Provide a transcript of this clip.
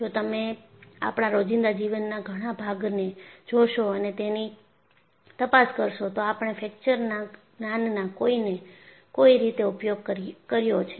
જો તમે આપણા રોજિંદા જીવનના ઘણા ભાગને જોશો અને એની તપાસ કરશો તો આપણે ફ્રેકચરના જ્ઞાનના કોઈને કોઈ રીતે ઉપયોગ કર્યો છે